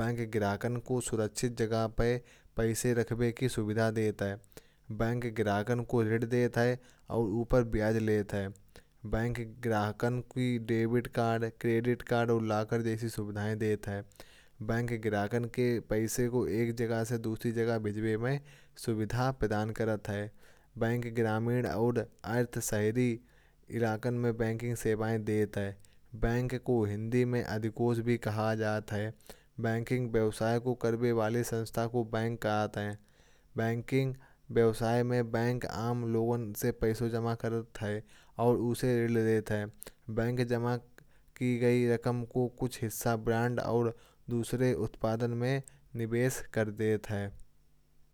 बैंक ग्राहक को सुरक्षित जगह पर पैसे रखने की सुविधा देता है। बैंक ग्राहक को ऋण देता है और उसपे ब्याज लेता है। बैंक ग्राहक को डेबिट कार्ड, क्रेडिट कार्ड और लॉकर जैसी सुविधाएं देता है। बैंक ग्राहक के पैसे को एक जगह से दूसरी जगह भेजने में सुविधा प्रदान करता है। बैंक ग्रामीण और आर्थिक विकास में बैंकिंग सेवाएं देता है। बैंक को हिंदी में अधिकोष भी कहा जाता है। बैंकिंग व्यवसाय को करने वाली संस्था को बैंक कहा जाता है। बैंकिंग व्यवसाय में बैंक आम लोन से पैसे जमा करता है और उसे ऋण देता है। बैंक जमा की गई रकम का कुछ हिस्सा सिक्योरिटीज और दूसरे उत्पादों में निवेश कर देता है।